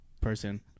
person